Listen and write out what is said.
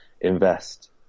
invest